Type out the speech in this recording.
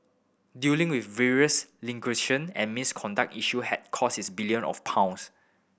dealing with various languishing and misconduct issue had cost its billion of pounds